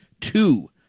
Two